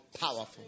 powerful